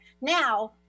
Now